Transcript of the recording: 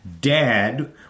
dad